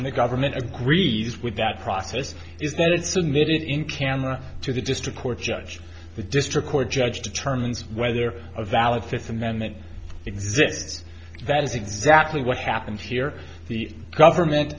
in the government agrees with that process is that it's a minute in camera to the district court judge the district court judge determines whether there are valid fifth amendment exists that is exactly what happened here the government